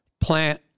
plant